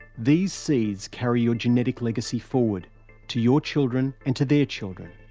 these seeds carry your genetic legacy forward to your children and to their children.